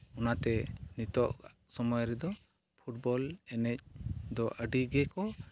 ᱚᱱᱟᱛᱮ ᱱᱤᱛᱳᱜ ᱥᱚᱢᱚᱭ ᱨᱮᱫᱚ ᱯᱷᱩᱴᱵᱚᱞ ᱮᱱᱮᱡ ᱫᱚ ᱟᱹᱰᱤ ᱜᱮᱠᱚ